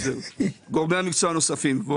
גורמי מקצוע נוספים.